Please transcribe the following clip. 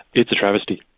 it's a travesty.